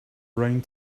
round